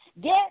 Get